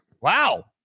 Wow